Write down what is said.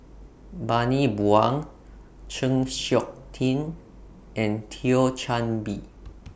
Bani Buang Chng Seok Tin and Thio Chan Bee